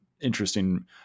interesting